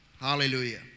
Hallelujah